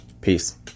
peace